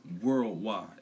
worldwide